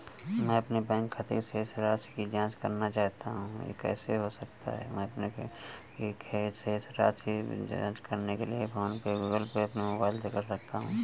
मैं अपने बैंक खाते की शेष राशि की जाँच करना चाहता हूँ यह मेरे द्वारा कैसे हो सकता है?